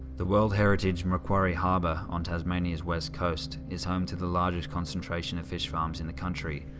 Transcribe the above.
the world-heritage macquarie harbour on tasmania's west coast is home to the largest concentration of fish farms in the country,